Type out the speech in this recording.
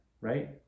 Right